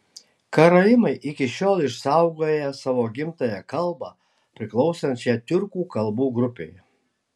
karaimai iki šiol išsaugoję savo gimtąją kalbą priklausančią tiurkų kalbų grupei